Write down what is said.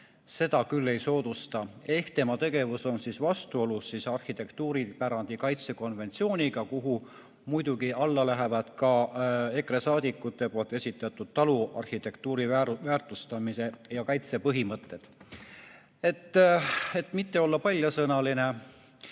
seda küll ei soodusta. Ehk tema tegevus on vastuolus arhitektuuripärandi kaitse konventsiooniga, kuhu alla lähevad muidugi ka EKRE saadikute esitatud taluarhitektuuri väärtustamise ja kaitse põhimõtted.Et mitte olla paljasõnaline,